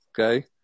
Okay